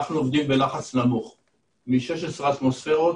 אנחנו יכולים לחסוך זמן וגם הרבה כסף.